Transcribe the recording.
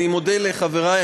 אני מודה לחברי.